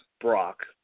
Brock